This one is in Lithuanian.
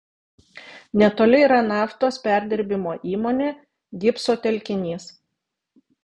netoli yra naftos perdirbimo įmonė gipso telkinys